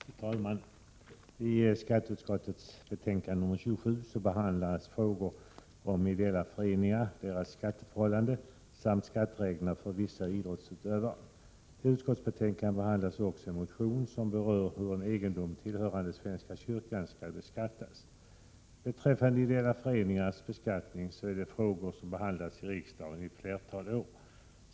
Fru talman! I skatteutskottets betänkande nr 27 behandlas frågor om ideella föreningars skatteförhållanden och skattereglerna för vissa idrottsutövare. I utskottsbetänkandet behandlas också en motion som berör frågan om hur egendom tillhörande svenska kyrkan skall beskattas. Ideella föreningars beskattning är frågor som har behandlats i riksdagen i flera år.